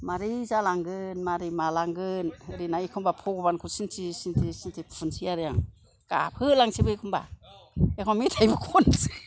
मारै जालांगोन मारै मालांगोन एखनबा फग'बानखौ सिनथि सिनथि सिनथि फुनसै आरो आं गाबहोलांसैबो एखनबा एखनबा मेथायबो खनसै